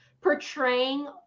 portraying